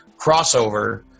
crossover